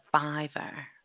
survivor